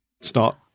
start